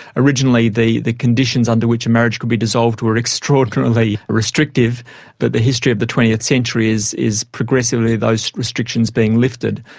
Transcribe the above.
originally the the conditions under which a marriage could be dissolved were extraordinarily restrictive, but the history of the twentieth century is is progressively those restrictions being lifted.